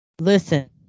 listen